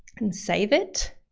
and save it.